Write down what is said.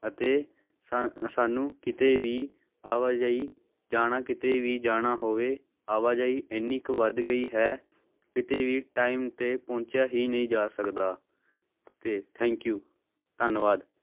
ਅਤੇ ਸਾ ਸਾਨੂੰ ਕਿਤੇ ਵੀ ਆਵਾਜਾਈ ਜਾਣਾ ਕਿਤੇ ਵੀ ਜਾਣਾ ਹੋਵੇ ਆਵਾਜਾਈ ਇੰਨੀ ਕੁ ਵੱਧ ਗਈ ਹੈ ਕਿਤੇ ਵੀ ਟਾਈਮ 'ਤੇ ਪਹੁੰਚਿਆ ਹੀ ਨਹੀਂ ਜਾ ਸਕਦਾ ਅਤੇ ਥੈਂਕ ਯੂ ਧੰਨਵਾਦ